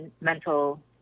mental